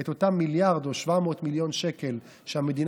את אותם מיליארד או 700 מיליון שקל שהמדינה